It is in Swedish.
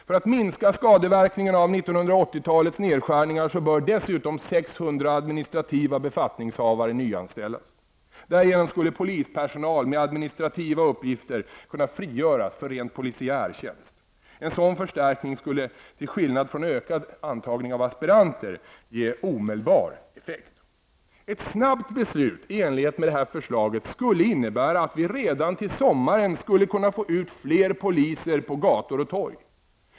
För att minska skadeverkningarna av 1980 talets nedskärningar bör dessutom 600 Därigenom skulle polispersonal med administrativa uppgifter kunna frigöras för rent polisiär tjänst. En sådan förstärkning skulle -- till skillnad från en utökad antagning av aspiranter -- ge omedelbar effekt. Ett snabbt beslut i enlighet med detta förslag skulle innebära att vi redan till sommaren kunde få ut fler poliser på gator och torg.